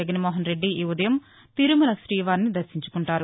జగన్నోహన్ రెడ్డి ఈ ఉదయం తిరుమల తీవారిని దర్శించుకుంటారు